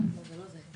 מודיעין במערב,